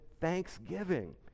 thanksgiving